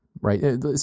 right